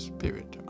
Spirit